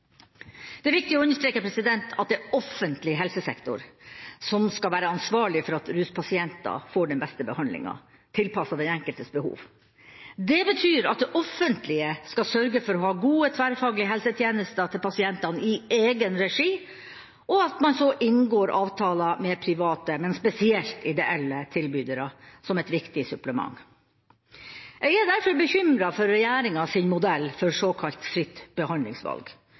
Det er viktig å understreke at det er offentlig helsesektor som skal være ansvarlig for at ruspasienter får den beste behandlinga, tilpasset den enkeltes behov. Det betyr at det offentlige skal sørge for å ha gode, tverrfaglige helsetjenester til pasientene i egen regi, og at man så inngår avtaler med private, men spesielt ideelle tilbydere, som et viktig supplement. Jeg er derfor bekymret for regjeringas modell for «fritt behandlingsvalg»